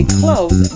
close